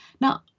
Now